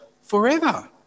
forever